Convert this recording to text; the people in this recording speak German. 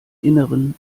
innern